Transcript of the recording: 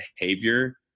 behavior